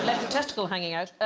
testicle hanging out.